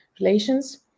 Relations